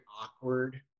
awkward